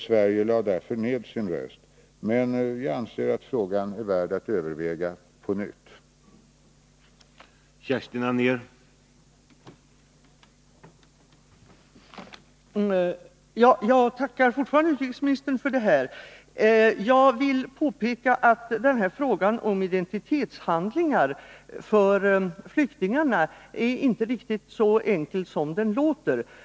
Sverige lade därför ned sin röst, men vi anser att frågan är värd att överväga på nytt.